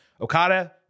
Okada